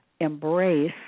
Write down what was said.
embrace